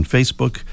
Facebook